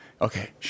Okay